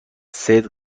صدق